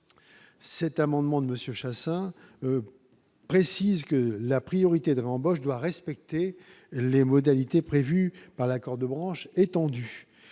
s'cet amendement de Monsieur Chassaing, précise que la priorité de l'embauche doit respecter les modalités prévues par l'accord de branche étendu